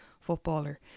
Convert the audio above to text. footballer